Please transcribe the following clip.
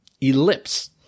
ellipse